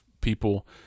people